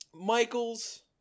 Michaels